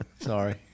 Sorry